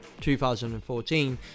2014